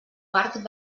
parc